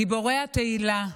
גיבורי התהילה,